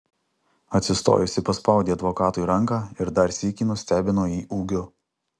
atsistojusi paspaudė advokatui ranką ir dar sykį nustebino jį ūgiu